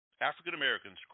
African-Americans